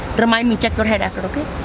but remind me, check your head after okay?